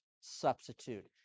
substitute